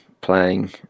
playing